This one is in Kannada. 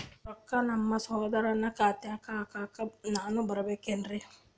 ರೊಕ್ಕ ನಮ್ಮಸಹೋದರನ ಖಾತಾಕ್ಕ ಹಾಕ್ಲಕ ನಾನಾ ಬರಬೇಕೆನ್ರೀ?